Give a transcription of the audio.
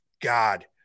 God